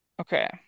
Okay